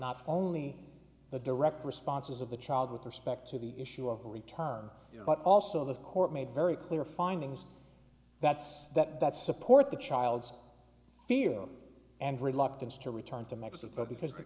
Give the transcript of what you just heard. not only the direct responses of the child with respect to the issue of the return but also the court made very clear findings that's that that support the child's fear and reluctance to return to mexico because the